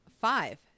Five